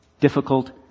difficult